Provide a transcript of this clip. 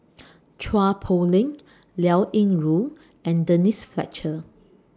Chua Poh Leng Liao Yingru and Denise Fletcher